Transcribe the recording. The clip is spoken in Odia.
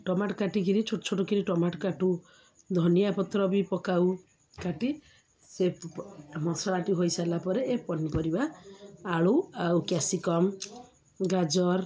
ଟମାଟୋ କାଟିକିରି ଛୋଟ ଛୋଟ କିରି ଟମାଟୋ କାଟୁ ଧନିଆ ପତ୍ର ବି ପକାଉ କାଟି ସେ ମସଲାଟି ହୋଇସାରିଲା ପରେ ଏ ପନିପରିବା ଆଳୁ ଆଉ କ୍ୟାପ୍ସିକମ୍ ଗାଜର